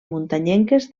muntanyenques